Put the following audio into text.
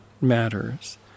matters